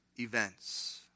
events